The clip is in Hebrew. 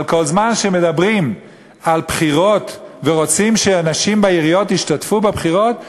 אבל כל זמן שמדברים על בחירות ורוצים שאנשים ישתתפו בבחירות לעיריות,